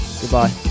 goodbye